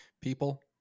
People